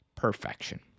Perfection